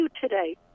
today